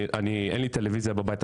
כי אין לי טלוויזיה בבית,